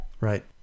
Right